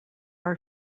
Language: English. are